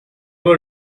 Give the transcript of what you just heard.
were